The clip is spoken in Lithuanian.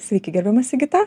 sveiki gerbiama sigita